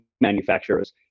manufacturers